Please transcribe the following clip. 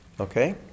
Okay